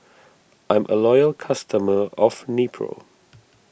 I'm a loyal customer of Nepro